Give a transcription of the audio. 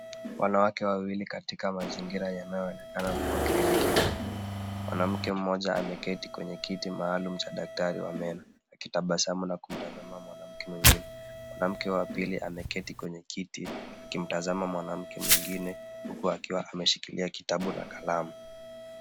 Wanawake wawili katika mazingira yanayoonekana kuwa kliniki ya meno. Mwanamke mmoja ameketi kwenye kiti maalum cha daktari wa meno akitabasamu na kumtazama mwanake mwingine, mwanamke wa pili ameketi kwenye kiti, akimtazama mwanamke mwingine huku akiwa ameshikilia kitabu na kalamu.